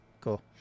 Cool